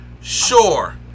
Sure